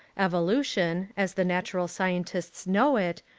evolution, as the natural scientists know it,